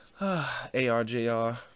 ARJR